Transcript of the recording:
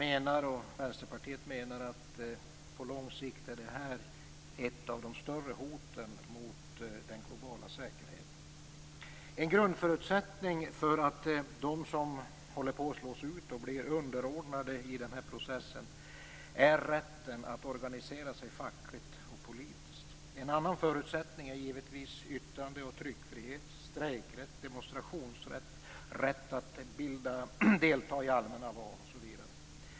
Jag och Vänsterpartiet menar att på lång sikt är detta ett av de större hoten mot den globala säkerheten. En grundförutsättning för att de som håller på att slås ut och bli underordnade i denna process är rätten att organisera sig fackligt och politiskt. En annan förutsättning är givetvis yttrande och tryckfrihet, strejkrätt, demonstrationsrätt, rätt att delta i allmänna val osv.